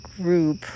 group